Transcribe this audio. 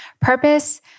Purpose